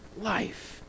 life